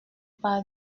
par